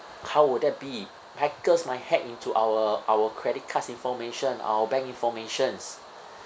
how would that be hackers my hack into our our credit cards information our bank informations